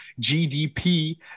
GDP